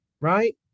Right